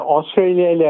Australia